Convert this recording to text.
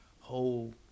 Whole